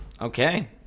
Okay